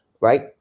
right